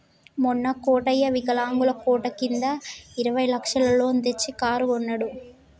మొన్న కోటయ్య వికలాంగుల కోట కింద ఇరవై లక్షల లోన్ తెచ్చి కారు కొన్నడు